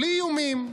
בלי איומים.